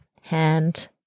hand